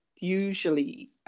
usually